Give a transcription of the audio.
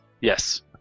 Yes